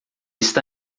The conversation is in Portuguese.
está